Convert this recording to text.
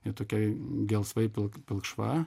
ji tokiai gelsvai pilk pilkšva